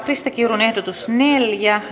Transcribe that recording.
krista kiurun ehdotus neljä